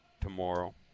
tomorrow